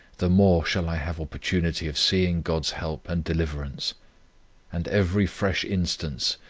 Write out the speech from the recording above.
the more shall i have opportunity of seeing god's help and deliverance and every fresh instance,